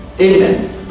Amen